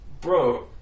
Bro